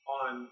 on